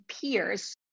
peers